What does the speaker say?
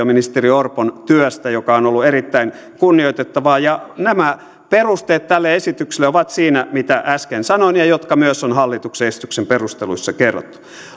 ministeri orpon työstä joka on ollut erittäin kunnioitettavaa nämä perusteet tälle esitykselle ovat siinä mitä äsken sanoin ja mitä on myös hallituksen esityksen perusteluissa kerrottu